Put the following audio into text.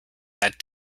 that